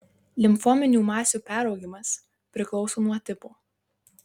limfominių masių peraugimas priklauso nuo tipo